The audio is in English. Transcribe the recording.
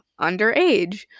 underage